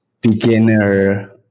beginner